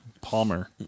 Palmer